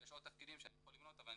יש עוד תפקידים שאני יכול למנות אבל אני